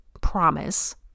promise